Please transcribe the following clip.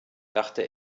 dachte